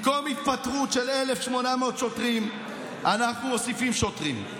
במקום התפטרות של 1,800 שוטרים אנחנו מוסיפים שוטרים.